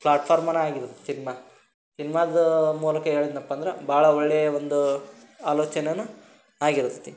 flat ಫಾರ್ಮ್ನೇ ಆಗಿರ್ತದೆ cinema ಸಿನ್ಮಾದ ಮೂಲಕ ಹೇಳಿದ್ನಪ್ಪ ಅಂದ್ರೆ ಭಾಳ ಒಳ್ಳೆಯ ಒಂದು ಆಲೋಚನೇಯೇ ಆಗಿರ್ತದೆ